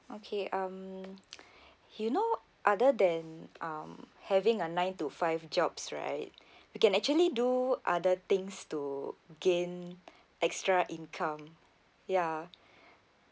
okay um you know other than um having a nine to five jobs right you can actually do other things to gain extra income ya